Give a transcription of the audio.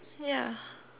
ya